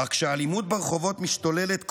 אך כשהאלימות ברחובות משתוללת,